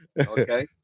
Okay